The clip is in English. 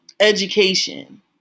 education